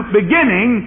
beginning